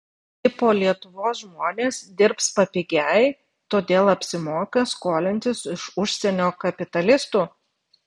tipo lietuvos žmonės dirbs papigiai todėl apsimoka skolintis iš užsienio kapitalistų